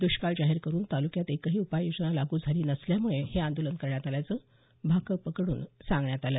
दुष्काळ जाहीर करुन तालुक्यात एकही उपाययोजना लागू झाली नसल्यामुळे हे आंदोलन करण्यात आल्याचं भाकपकडून सांगण्यात आलं